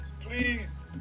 please